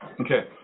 Okay